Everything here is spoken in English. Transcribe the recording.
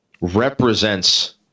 represents